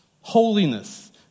Holiness